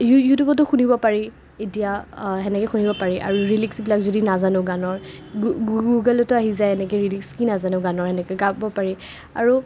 ইউটিউবটো শুনিব পাৰি এতিয়া সেনেকে শুনিব পাৰি আৰু লীৰিক্সবিলাক যদি নাজানো গানৰ গুগলতো আহি যাই এনেকে লীৰিক্স কি নাজানো গানৰ